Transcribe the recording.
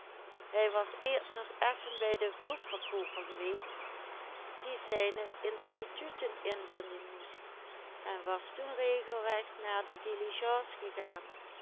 zijne instituten inbinden moest en was toen regelrecht naar de diligence gegaan